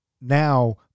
now